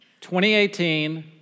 2018